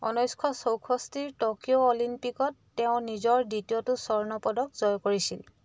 ঊনৈছশ চৌষষ্ঠিৰ টকিঅ' অলিম্পিকত তেওঁ নিজৰ দ্বিতীয়টো স্বৰ্ণ পদক জয় কৰিছিল